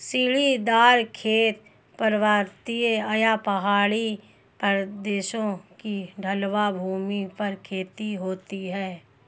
सीढ़ीदार खेत, पर्वतीय या पहाड़ी प्रदेशों की ढलवां भूमि पर खेती होती है